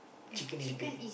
chicken is bae